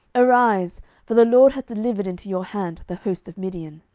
arise for the lord hath delivered into your hand the host of midian.